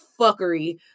fuckery